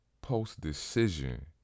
post-decision